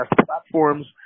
platforms